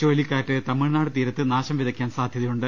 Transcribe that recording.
ചുഴലിക്കാറ്റ് തമിഴ്നാട് തീരത്ത് നാശം വിതക്കാൻ സാധ്യതയു ണ്ട്